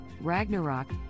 Ragnarok